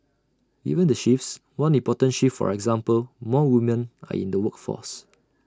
given the shifts one important shift for example more women are in the workforce